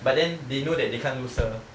but then they know that they can't lose her